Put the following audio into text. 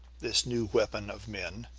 this new weapon of men,